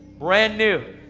brand new.